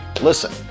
Listen